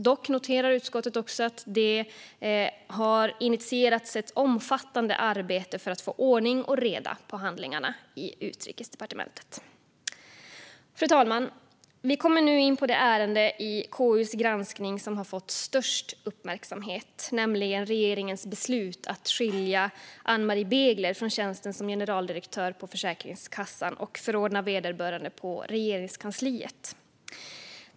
Dock noterar utskottet att det har initierats ett omfattande arbete för att få ordning och reda på handlingarna i Utrikesdepartementet. Fru talman! Vi kommer nu in på det ärende i konstitutionsutskottets granskning som fått störst uppmärksamhet, nämligen regeringens beslut att skilja Ann-Marie Begler från tjänsten som generaldirektör på Försäkringskassan och förordna vederbörande på Regeringskansliet.